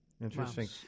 Interesting